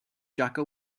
jaka